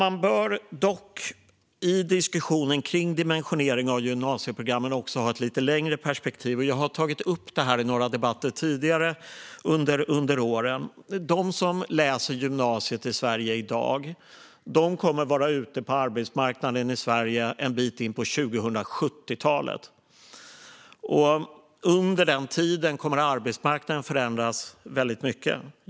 Man bör dock i diskussionen om dimensionering av gymnasieprogrammen också ha ett lite längre perspektiv. Jag har tagit upp det i några debatter tidigare under åren. De som läser på gymnasiet i Sverige i dag kommer att vara ute på arbetsmarknaden i Sverige en bit in på 2070talet. Under den tiden kommer arbetsmarknaden givetvis att förändras mycket.